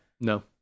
No